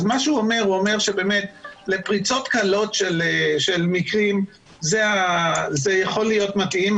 אז מה שהוא אומר שבאמת לפריצות קלות של מקרים זה יכול להיות מתאים,